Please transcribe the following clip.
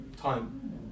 time